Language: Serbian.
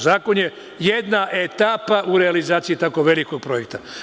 Zakon je jedna etapa u realizaciji tako velikih projekata.